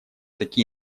такие